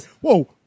Whoa